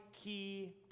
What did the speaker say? key